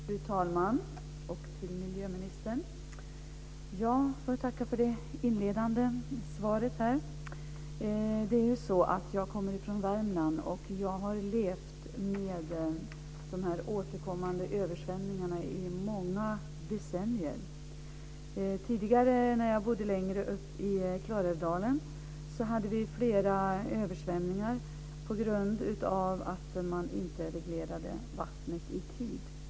Fru talman! Miljöministern! Jag får tacka för det inledande svaret. Jag kommer från Värmland, och jag har levt med dessa återkommande översvämningar i många decennier. Tidigare, när jag bodde längre upp i Klarälvdalen, hade vi flera översvämningar på grund av att man inte reglerade vattnet i tid.